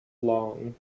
long